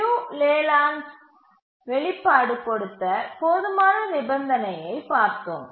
லியு லேலண்ட்ஸ் வெளிப்பாடு கொடுத்த போதுமான நிபந்தனையைப் பார்த்தோம்